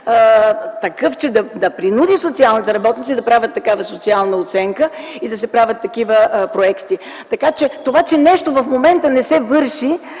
такъв, че да принуди социалните работници да правят такава социална оценка и да се правят такива проекти. Това, че нещо в момента не се върши,